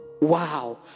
Wow